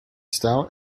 stout